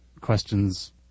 questions